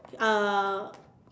uh